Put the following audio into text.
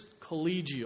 collegial